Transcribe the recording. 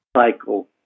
cycle